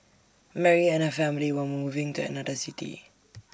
Mary and her family were moving to another city